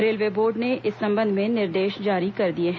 railway board ने इस संबंध में निर्देश जारी कर दिए हैं